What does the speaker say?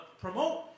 promote